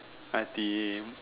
I_T_E